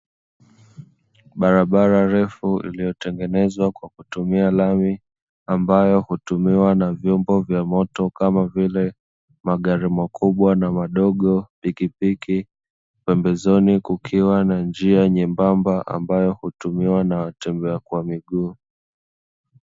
Barabara ndefu iliyotengenezwa kwa kutumia lami ambayo hutumiwa na vyombo vya moto kama vile magari makubwa na madogo, pikipiki, pembezoni kukiwa na njia nyembamba ambayo hutumiwa na watembea kwa miguu.